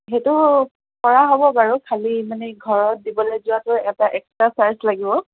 সেইটো পৰা হ'ব বাৰু খালী মানে ঘৰত দিবলৈ যোৱাতো এটা এক্সট্ৰা চাৰ্জ লাগিব